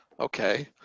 Okay